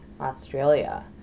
australia